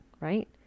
right